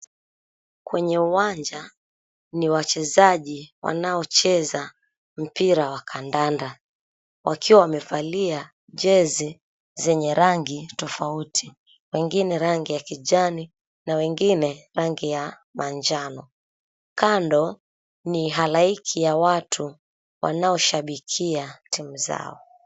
Kwenye uwanja, ni wachezaji wanaocheza mpira wa kandanda, wakiwa wamevalia jezi zenye rangi tofauti. Wengine rangi ya kijani na wengine rangi ya manjano. Kando ni halaiki ya watu wanaoshabikia timu zao.